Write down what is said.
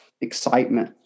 excitement